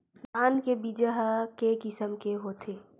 धान के बीजा ह के किसम के होथे?